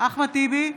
אחמד טיבי,